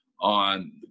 on